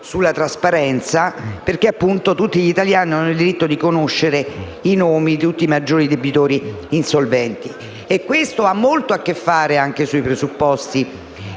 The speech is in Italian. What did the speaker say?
sulla trasparenza, perché tutti gli italiani hanno il diritto di conoscere i nomi di tutti i maggiori debitori insolventi. Questo ha molto a che fare anche con i presupposti